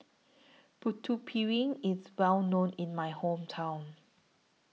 Putu Piring IS Well known in My Hometown